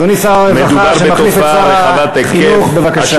אדוני שר הרווחה שמחליף את שר החינוך, בבקשה.